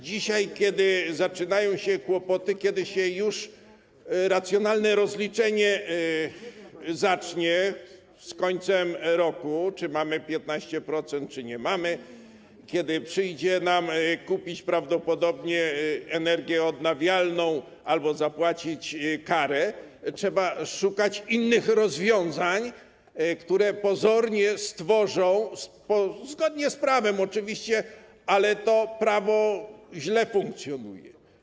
Dzisiaj, kiedy zaczynają się kłopoty - racjonalne rozliczenie zacznie się już z końcem roku, czy mamy 15%, czy nie mamy - kiedy przyjdzie nam kupić prawdopodobnie energię odnawialną albo zapłacić karę, trzeba szukać innych rozwiązań, które pozornie stworzą - zgodnie z prawem oczywiście - ale to prawo źle funkcjonuje.